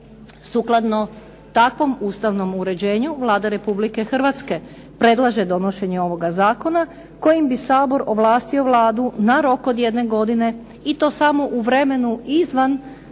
Sukladno takvom ustavnom uređenju Vlada Republike Hrvatske predlaže donošenje ovog zakona, kojim bi Sabor ovlastio Vladu na rok od jedne godine i to samo u vremenu izvan